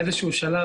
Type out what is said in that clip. באיזשהו שלב,